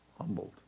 humbled